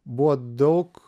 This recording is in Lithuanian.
buvo daug